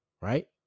right